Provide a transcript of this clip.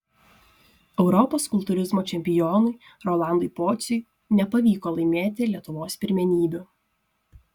europos kultūrizmo čempionui rolandui pociui nepavyko laimėti lietuvos pirmenybių